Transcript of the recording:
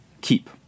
keep